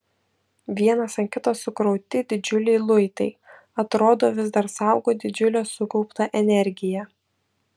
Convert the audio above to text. vienas ant kito sukrauti didžiuliai luitai atrodo vis dar saugo didžiulę sukauptą energiją